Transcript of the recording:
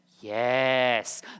Yes